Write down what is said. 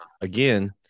again